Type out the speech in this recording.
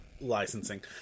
licensing